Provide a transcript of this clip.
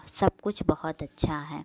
सब कुछ बहुत अच्छा है